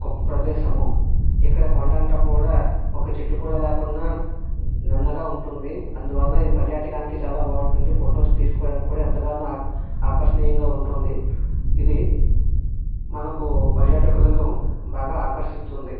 గొప్ప ప్రదేశము ఇక్కడ కొండంత కూడా ఒక చెట్టు కూడా లేకుండా నున్నగా ఉంటుంది అందువల్ల ఇది పర్యాటకానికి చాలా బాగుంటుంది ఫొటోస్ తీసుకోవడానికి కూడా ఎంతగానో ఆక్ ఆకర్షణీయంగా ఉంటుంది ఇది మనకు పర్యాటకులను బాగా ఆకర్షిస్తుంది